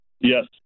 Yes